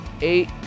eight